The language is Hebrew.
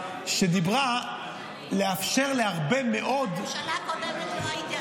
שדיברה על לאפשר להרבה מאוד --- בממשלה הקודמת לא הייתי,